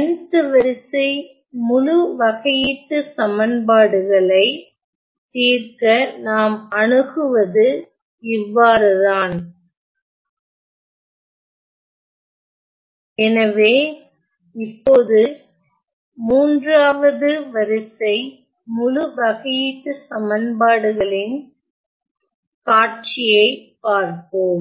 nth வரிசை முழு வகையீட்டுச் சமன்பாடுகள் ஐ தீர்க்க நாம் அணுகுவது இவ்வாறுதான் எனவே இப்போது 3 வது வரிசை முழு வகையீட்டுச் சமன்பாடுகளின் காட்சியைப் பார்ப்போம்